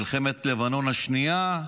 מלחמת לבנון השנייה.